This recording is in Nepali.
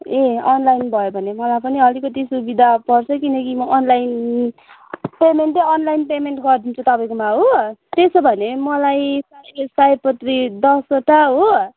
ए अनलाइन भयो भने मलाई पनि अलिकति सुविधा पर्छ किनकि म अनलाइन पेमेन्टै अनलाइन पेमेन्ट गरिदिन्छु तपाईँकोमा हो त्यसो भने मलाई सयपत्री दसवटा हो